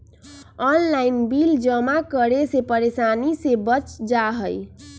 Online bill जमा करे से परेशानी से बच जाहई?